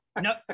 No